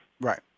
Right